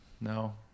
No